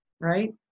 Right